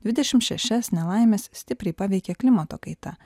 dvidešim šešias nelaimes stipriai paveikė klimato kaita